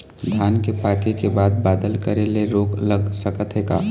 धान पाके के बाद बादल करे ले रोग लग सकथे का?